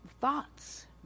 thoughts